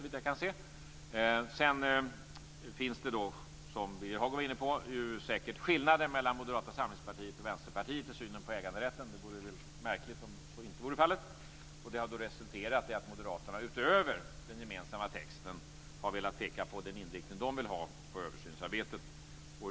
Det finns, som Birger Hagård var inne på, säkert skillnader mellan Moderata samlingspartiet och Vänsterpartiet i synen på äganderätten. Det vore märkligt om så inte var fallet. Det har resulterat i att moderaterna utöver den gemensamma texten har velat peka på vilken inriktning de vill ha på översynsarbetet.